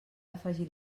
afegir